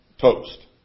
toast